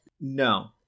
No